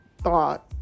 thought